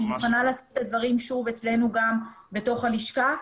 אני מוכנה להציג את הדברים שוב אצלנו גם בתוך הלשכה,